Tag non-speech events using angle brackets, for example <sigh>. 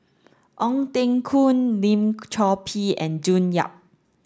Ong Teng Koon Lim <unintelligible> Chor Pee and June Yap